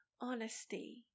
honesty